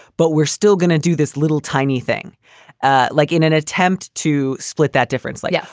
but we're still gonna do this little tiny thing ah like in an attempt to split that difference. like yeah,